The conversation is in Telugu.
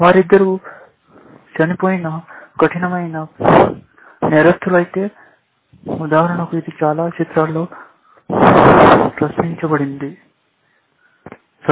వారిద్దరూ చనిపోయిన కఠినమైన నేరస్థులు అయితే ఉదాహరణకు ఇది చాలా చిత్రాల్లో ప్రశంసించబడింది